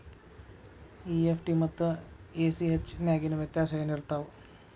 EFT ಮತ್ತ ACH ನ್ಯಾಗಿನ್ ವ್ಯೆತ್ಯಾಸೆನಿರ್ತಾವ?